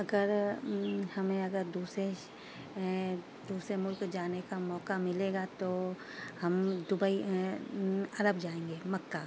اگر ہمیں اگر دوسرے اے دوسرے ملک جانے کا موقعہ ملے گا تو ہم دبئی عرب جائیں گے مکہ